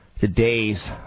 Today's